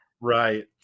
Right